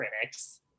critics